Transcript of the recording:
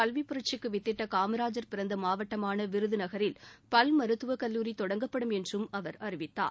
கல்விபுரட்சிக்குவித்திட்டகாமராஜர் மாநிலத்தில் பிறந்தமாவட்டமானவிருதுநகரில் பல் மருத்துவக் கல்லுாரிதொடங்கப்படும் என்றும் அவர் அறிவித்தார்